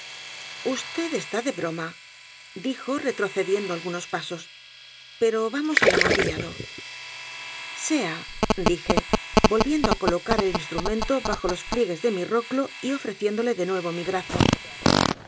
vd está de broma dijo retrocediendo algunos pasos p e r o vamos al amontillado sea dije volviendo á colocar el instrumento el l u n e l de amontillado bajo los pliegues de mi roclo y ofreciéndole de nuevo mi brazo